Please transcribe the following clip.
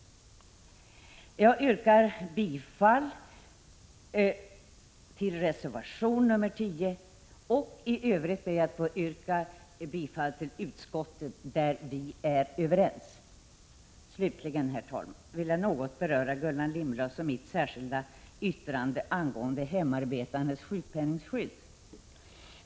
Jag yrkar bifall till reservation nr 10 och i övrigt bifall till utskottets hemställan på de punkter där vi är överens. Slutligen, herr talman, vill jag något beröra Gullan Lindblads och mitt särskilda yttrande angående hemarbetandes sjukpenningskydd.